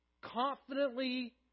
Confidently